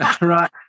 Right